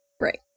Right